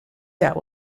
that